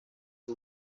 his